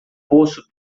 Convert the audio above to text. poço